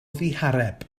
ddihareb